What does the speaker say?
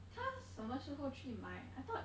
她什么时候去买 I thought